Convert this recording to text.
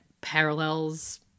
parallels